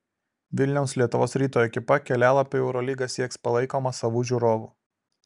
vilniaus lietuvos ryto ekipa kelialapio į eurolygą sieks palaikoma savų žiūrovų